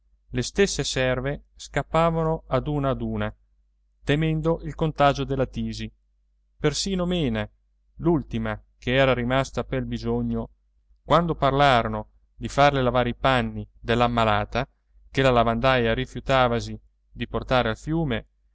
le stesse serve scappavano ad una ad una temendo il contagio della tisi persino mena l'ultima che era rimasta pel bisogno quando parlarono di farle lavare i panni dell'ammalata che la lavandaia rifiutavasi di portare al fiume